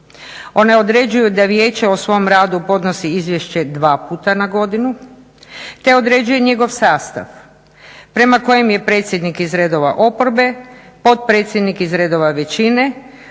Ona određuje da vijeće o svom radu podnosi izvješće 2 puta na godinu te određuje njegov sastav prema kojem je predsjednik iz redova oporbe, potpredsjednik iz redova većine,